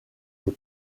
des